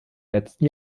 letzten